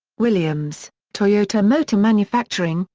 williams toyota motor manufacturing,